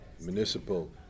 Municipal